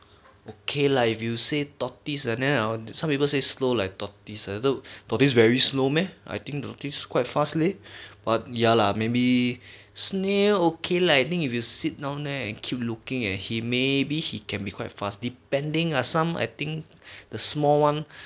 okay lah if you say tortoise and then some people say slow like tortoise uh so tortoise very slow meh I think don't so quite fast leh but ya lah maybe snail okay lah I think if you sit down there keep looking at him maybe he can be quite fast depending ah some I think the small one